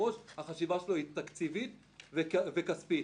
היא חשיבה תקציבית וכספית,